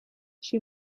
she